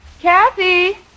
Kathy